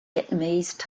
vietnamese